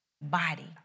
body